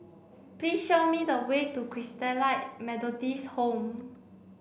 please show me the way to Christalite Methodist Home